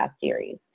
series